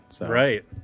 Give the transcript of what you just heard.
Right